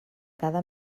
cada